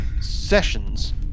sessions